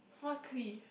what cliff